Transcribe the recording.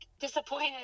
disappointed